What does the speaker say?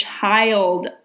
child